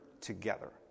together